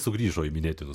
sugrįžo į minėtinų